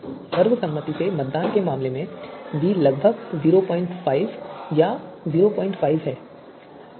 सर्वसम्मति से मतदान के मामले में v लगभग 05 या सिर्फ 05 है